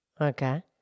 Okay